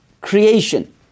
creation